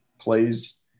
plays